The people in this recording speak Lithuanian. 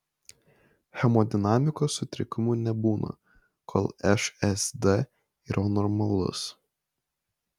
hemodinamikos sutrikimų nebūna kol šsd yra normalus